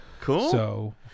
Cool